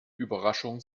überraschung